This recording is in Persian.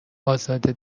ازاده